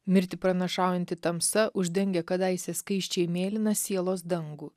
mirtį pranašaujanti tamsa uždengia kadaise skaisčiai mėlyną sielos dangų